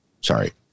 Sorry